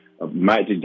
Magic